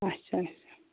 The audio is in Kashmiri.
اَچھا اَچھا